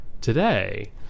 today